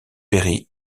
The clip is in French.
perry